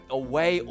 away